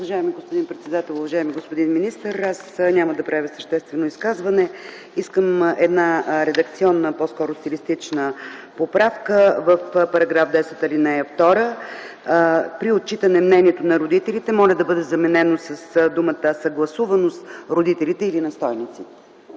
Уважаеми господин председател, уважаеми господин министър! Аз няма да правя съществено изказване. Искам една редакционна, по-скоро стилистична поправка в § 10, ал. 2: „при отчитане мнението на родителите”, моля да бъде заменено със „съгласувано с родителите или настойниците”